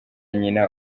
nyina